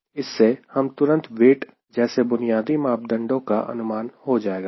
इससे हमें तुरंत वेट जैसे बुनियादी मापदंडो का अनुमान हो जाएगा